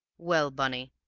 well, bunny,